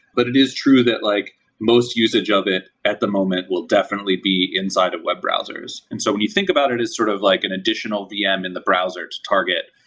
but it is true that like most usage of it at the moment will definitely be inside inside of web browsers. and so when you think about it as sort of like an additional vm in the browser to target,